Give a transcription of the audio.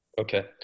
Okay